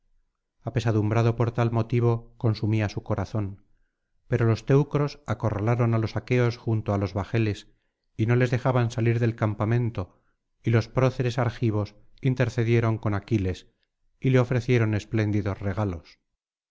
apesadumbrado por tal motivo consumía su corazón pero los teucros acorralaron á los aqueos junto á los bajeles y no les dejaban salir del campamento y los proceres argivos intercedieron con aquiles y le ofrecieron espléndidos regalos